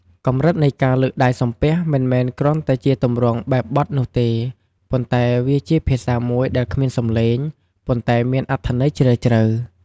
កម្រិតនៃការលើកដៃសំពះមិនមែនគ្រាន់តែជាទម្រង់បែបបទនោះទេ ប៉ុន្តែវាជា ភាសាមួយដែលគ្មានសំឡេង ប៉ុន្តែមានអត្ថន័យជ្រាលជ្រៅ។